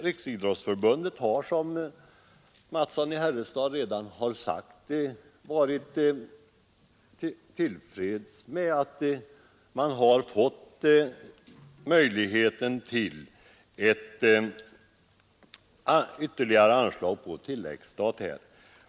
Riksidrottsförbundet har, som herr Mattsson i Lane-Herrestad tidigare har sagt, varit till freds med att man har fått möjlighet till ett ytterligare anslag på tilläggsstat.